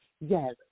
Yes